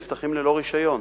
נפתחים ללא רשיון,